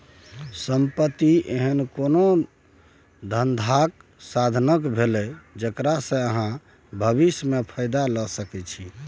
संपत्ति एहन कोनो धंधाक साधंश भेलै जकरा सँ अहाँ भबिस मे फायदा लए सकै छी